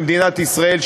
במדינת ישראל,